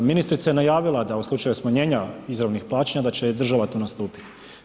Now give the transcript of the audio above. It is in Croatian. Ministrica je najavila da u slučaju smanjenja izravnih plaćanja da će država tu nastupiti.